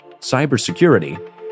cybersecurity